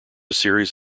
series